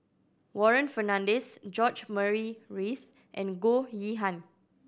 Warren Fernandez George Murray Reith and Goh Yihan